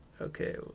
Okay